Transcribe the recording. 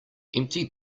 empty